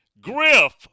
Griff